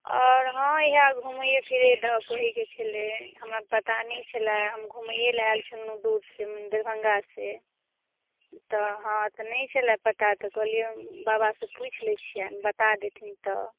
आओर हँ इहए घुमैये फिरैये दऽ कहैके छलै हमरा पता नहि छलए हम घुमैये लऽ आएल छलहुँ दूर से दरभङ्गा से तऽ हँ तऽ नहि छलै पता तऽ कहलियै हम बाबा से पुछि लै छिअनि बता देथिन तऽ